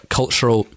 cultural